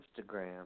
Instagram